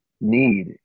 need